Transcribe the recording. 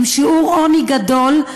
עם שיעור עוני גדול,